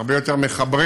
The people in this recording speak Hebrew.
הרבה יותר מחברים,